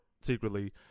secretly